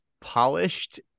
polished